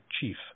chief